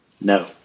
No